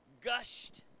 gushed